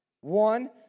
One